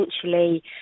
essentially